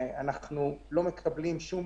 אנחנו לא מקבלים שום